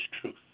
truth